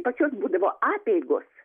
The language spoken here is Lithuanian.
pas juos būdavo apeigos